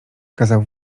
kazał